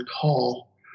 call